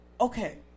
okay